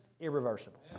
Irreversible